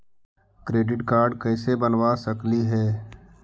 Credit card कैसे बनबा सकली हे?